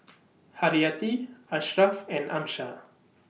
Haryati Ashraf and Amsyar